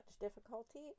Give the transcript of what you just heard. difficulty